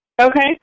Okay